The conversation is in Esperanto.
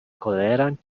koleran